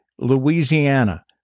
Louisiana